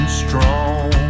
strong